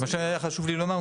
זה מה שהיה חשוב לי לומר,